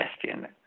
question